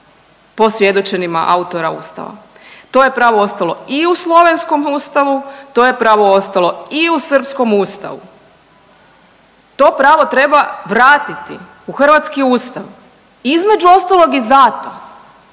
po svjedočenjima autora Ustava. To je pravo ostalo i u slovenskom Ustavu, to je pravo ostalo i u srpskom Ustavu. To pravo treba vratiti u hrvatski Ustav. Između ostalog i zato